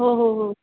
हो हो हो